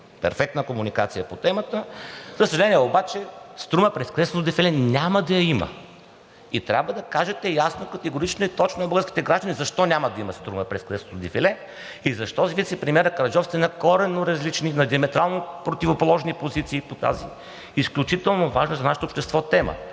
перфектна комуникация по темата. За съжаление обаче, „Струма“ през Кресненското дефиле няма да я има. И трябва да кажете ясно, категорично и точно на българските граждани защо няма да я има „Струма“ през Кресненското дефиле и защо с вицепремиера Караджов сте на коренно различни, на диаметрално противоположни позиции по тази изключително важна за нашето общество тема.